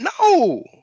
No